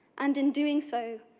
and in doing so,